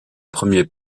premier